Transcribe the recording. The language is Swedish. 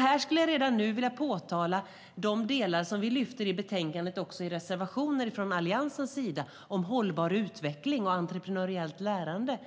Här skulle jag redan nu vilja peka på de delar som vi lyfter fram i betänkandet och också i reservationer från Alliansens sida om hållbar utveckling och entreprenöriellt lärande.